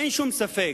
אין שום ספק,